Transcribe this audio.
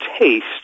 taste